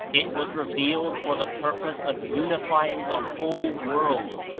it was revealed for the purpose of unifying the whole world.